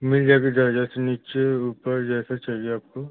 मिल जाएगा चाहे जैसे नीचे ऊपर जैसे चाहिए आपको